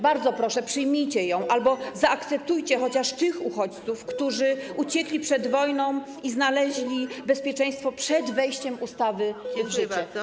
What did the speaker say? Bardzo proszę, przyjmijcie ją albo zaakceptujcie chociaż tych uchodźców, którzy uciekli przed wojną i znaleźli bezpieczeństwo przed wejściem ustawy w życie.